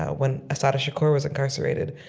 ah when assata shakur was incarcerated.